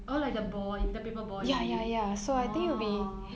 orh like the ball the paper ball is it orh